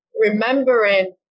remembering